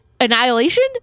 Annihilation